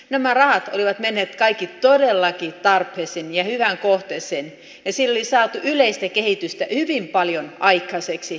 nämä rahat olivat menneet kaikki todellakin tarpeeseen ja hyvään kohteeseen ja niillä oli saatu yleistä kehitystä hyvin paljon aikaiseksi